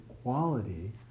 quality